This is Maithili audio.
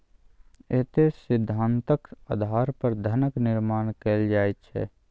इएह सिद्धान्तक आधार पर धनक निर्माण कैल जाइत छै